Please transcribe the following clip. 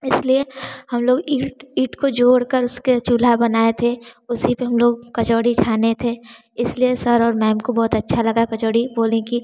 इसलिए हम लोग ईंट ईंट को जोड़ कर उसके चूल्हा बनाए थे उसी पे हम लोग कचौड़ी छाने थे इसलिए सर और मैम को बहुत अच्छा लगा कचौड़ी बोले कि